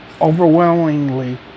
overwhelmingly